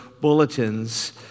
bulletins